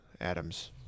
Adams